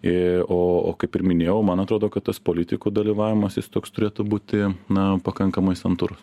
ir o kaip ir minėjau man atrodo kad tas politikų dalyvavimas jis toks turėtų būti na pakankamai santūrus